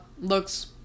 looks